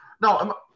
no